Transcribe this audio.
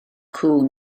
cŵn